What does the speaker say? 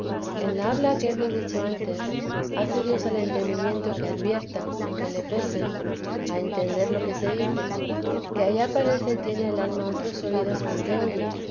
en la habla que hemos dicho antes hace dios al entendimiento que advierta aunque le pese a entender lo que se dice que allá parece tiene el alma otros oídos con que oye